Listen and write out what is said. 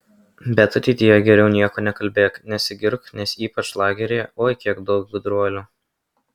bet ateityje geriau nieko nekalbėk nesigirk nes ypač lageryje oi kiek daug gudruolių